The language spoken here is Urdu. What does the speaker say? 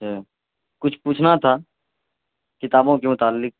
اچھا کچھ پوچھنا تھا کتابوں کے متعلق